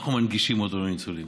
אנחנו מנגישים אותו לניצולים.